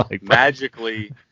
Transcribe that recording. magically